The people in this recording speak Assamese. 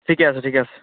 ঠিক আছে ঠিক আছে